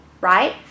right